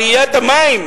עליית המים